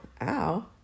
Ow